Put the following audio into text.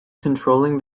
controlling